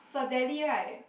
Cedele right